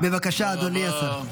בבקשה, אדוני השר.